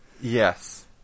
Yes